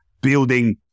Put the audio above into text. building